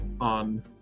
on